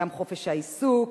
גם חופש העיסוק.